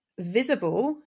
visible